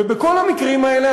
ובכל המקרים האלה,